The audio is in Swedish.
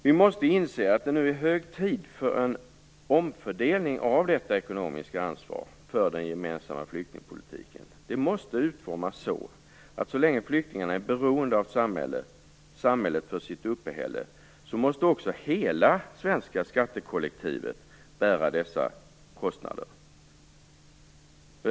Vi måste inse att det nu är hög tid för en omfördelning av det ekonomiska ansvaret för den gemensamma flyktingpolitiken. Ansvaret måste utformas så att så länge flyktingarna är beroende av samhällets stöd för sitt uppehälle måste också hela det svenska skattekollektivet bära dessa kostnader.